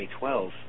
2012